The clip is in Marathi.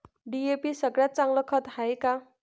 डी.ए.पी सगळ्यात चांगलं खत हाये का?